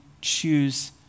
choose